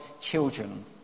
children